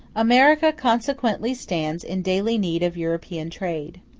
america consequently stands in daily need of european trade.